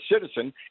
citizen